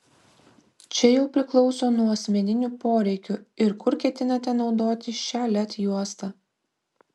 čia jau priklauso nuo asmeninių poreikių ir kur ketinate naudoti šią led juostą